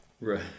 Right